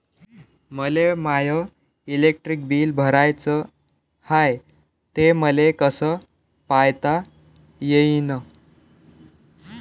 मले my electric bill भराचं हाय, ते मले कस पायता येईन?